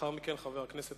ולאחר מכן, חבר הכנסת